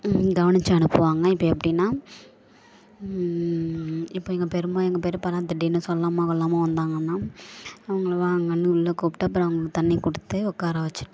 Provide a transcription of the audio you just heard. கவனித்து அனுப்புவாங்க இப்போ எப்படின்னா இப்போ எங்கள் பெரியம்மா எங்கள் பெரியப்பாலாம் திடீர்ன்னு சொல்லாமல் கொள்ளாமல் வந்தாங்கன்னா அவங்கள வாங்கன்னு உள்ளே கூப்பிட்டு அப்புறம் தண்ணி கொடுத்து உட்கார வச்சுட்டு